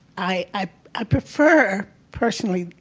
i ah prefer, personally,